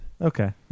Okay